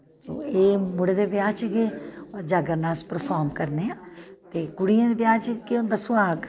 एह् मुड़े दे ब्याह् च गै जागरना अस प्रफार्म करने आं ते कुड़ियें दे ब्याह् च केह् होंदा सोहाग